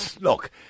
look